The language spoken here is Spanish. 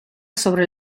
sobre